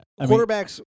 Quarterbacks